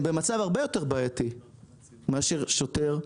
הם במצב הרבה יותר בעייתי מאשר שוטר,